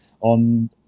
on